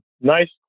nice